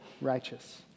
righteous